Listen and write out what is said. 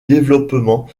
développement